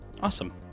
Awesome